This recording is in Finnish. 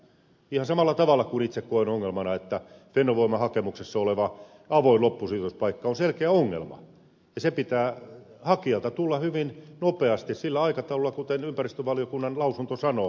ihan samalla tavalla itse koen ongelmana että fennovoiman hakemuksessa oleva avoin loppusijoituspaikka on selkeä ongelma ja loppusijoituspaikan pitää tulla hakijalta hyvin nopeasti sillä aikataululla kuin ympäristövaliokunnan lausunto sanoo